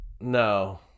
No